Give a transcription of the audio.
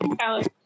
Alex